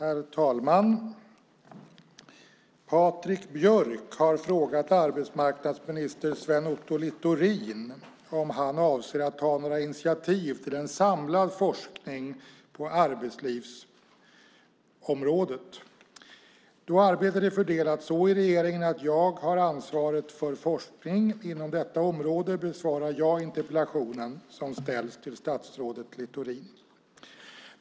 Herr talman! Patrik Björck har frågat arbetsmarknadsminister Sven Otto Littorin om han avser att ta några initiativ till en samlad forskning på arbetslivsområdet. Då arbetet är fördelat så i regeringen att jag har ansvaret för forskning inom detta område besvarar jag interpellationen som ställts till statsrådet Littorin.